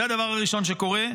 זה הדבר הראשון שקורה,